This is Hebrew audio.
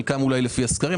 חלקם אולי לפי הסקרים,